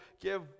give